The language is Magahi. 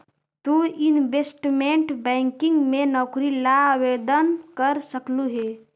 तु इनवेस्टमेंट बैंकिंग में नौकरी ला आवेदन कर सकलू हे